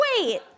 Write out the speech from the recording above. Wait